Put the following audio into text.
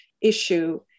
issue